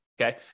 Okay